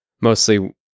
mostly